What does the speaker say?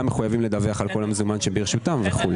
מחויבים לדווח על כל המזומן שברשותם וכו'.